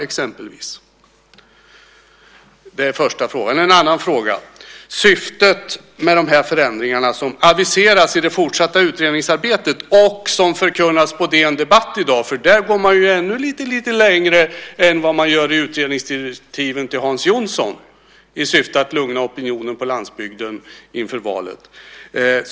Det är den första frågan. Jag har också en annan fråga. Den gäller syftet med de förändringarna som aviserats i det fortsatta utredningsarbetet och som förkunnas på DN Debatt i dag. Där går man ju ännu lite längre än i utredningsdirektiven till Hans Jonsson i syfte att lugna opinionen på landsbygden inför valet.